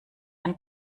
ein